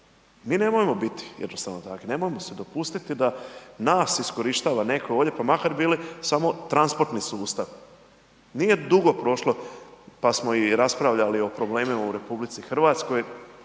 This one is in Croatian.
Mi nemojmo biti jednostavno takvi, nemojmo si dopustiti da nas iskorištava neko ovdje pa makar bili samo transportni sustav. Nije dugo prošlo pa smo i raspravljali o problemima u RH vezano